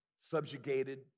subjugated